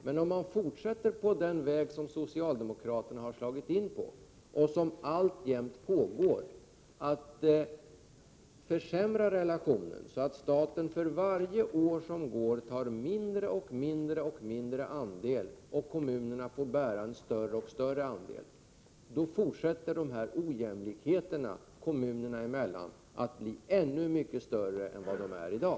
Men om man fortsätter på den väg som socialdemokraterna har slagit in på och alltjämt trampar vidare på, att försämra relationen så att staten för varje år som går tar mindre och mindre andel och kommunerna får bära en större och större andel, då fortsätter ojämlikheterna kommunerna emellan att växa så att de blir ännu mycket större än vad de är i dag.